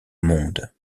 monde